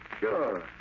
Sure